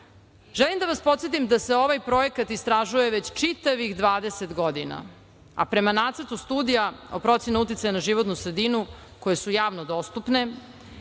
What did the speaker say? Želim da vas podsetim da se ovaj projekat istražuje već čitavih 20 godina, a prema nacrtu studija o proceni uticaja na životnu sredinu koje su javno dostupne.